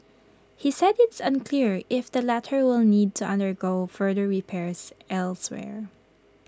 he said IT is unclear if the latter will need to undergo further repairs elsewhere